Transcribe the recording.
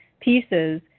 pieces